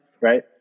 right